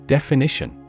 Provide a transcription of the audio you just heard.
Definition